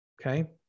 okay